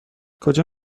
کجا